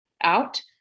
out